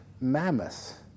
mammoth